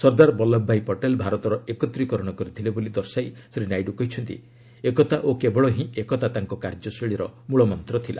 ସର୍ଦ୍ଦାର ବଲ୍ଲଭଭାଇ ପଟେଲ ଭାରତର ଏକତ୍ରିକରଣ କରିଥିଲେ ବୋଲି ଦର୍ଶାଇ ଶ୍ରୀ ନାଇଡୁ କହିଛନ୍ତି 'ଏକତା ଓ କେବଳ ହିଁ ଏକତା' ତାଙ୍କ କାର୍ଯ୍ୟଶୈଳୀର ମୂଳମନ୍ତ ଥିଲା